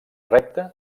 recta